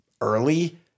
early